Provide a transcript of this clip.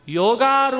yoga